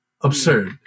Absurd